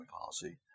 policy